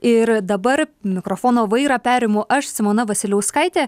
ir dabar mikrofono vairą perimu aš simona vasiliauskaitė